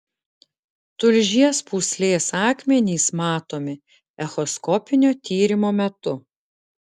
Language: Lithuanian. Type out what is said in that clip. tulžies pūslės akmenys matomi echoskopinio tyrimo metu